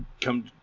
come